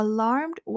Alarmed